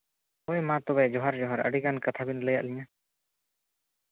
ᱦᱳᱭ ᱢᱟ ᱛᱚᱵᱮ ᱡᱚᱦᱟᱨ ᱡᱚᱦᱟᱨ ᱟᱹᱰᱤᱜᱟᱱ ᱠᱟᱛᱷᱟ ᱵᱮᱱ ᱞᱟᱹᱭᱟᱜ ᱞᱤᱧᱟᱹ